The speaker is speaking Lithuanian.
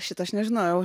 šito aš nežinojau